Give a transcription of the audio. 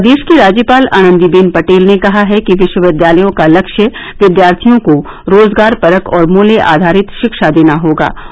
प्रदेश की राज्यपाल आनंदीबेन पटेल ने कहा है कि विश्वविद्यालयों का लक्ष्य विद्यार्थियों को रोजगारपरक और मूल्य आधारित शिक्षा देना होना चाहिए